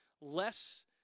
less